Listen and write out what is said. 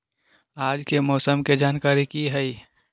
आज के मौसम के जानकारी कि हई?